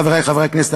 חברי חברי הכנסת,